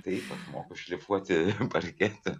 taip aš moku šlifuoti parketą